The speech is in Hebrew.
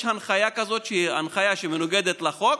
יש הנחיה כזאת, שהיא הנחיה שמנוגדת לחוק,